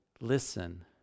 listen